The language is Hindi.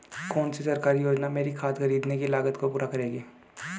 कौन सी सरकारी योजना मेरी खाद खरीदने की लागत को पूरा करेगी?